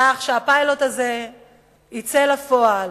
כך שהפיילוט הזה יצא לפועל.